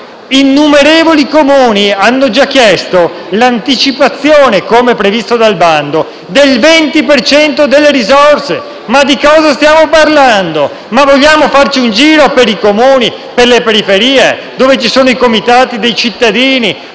Innumerevoli Comuni hanno già chiesto l'anticipazione, come previsto dal bando, del 20 per cento delle risorse. Di cosa stiamo parlando? Vogliamo farci un giro per i Comuni e per le periferie, dove ci sono i comitati dei cittadini,